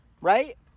right